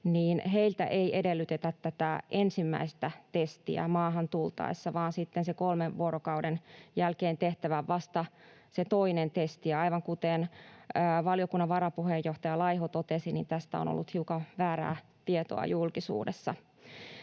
rokotuksen, ei edellytetä tätä ensimmäistä testiä maahan tultaessa, vaan kolmen vuorokauden jälkeen on vasta tehtävä se toinen testi. Aivan kuten valiokunnan varapuheenjohtaja Laiho totesi, tästä on ollut hiukan väärää tietoa julkisuudessa.